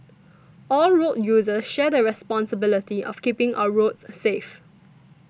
all road users share the responsibility of keeping our roads safe